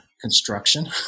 construction